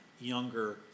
younger